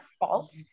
fault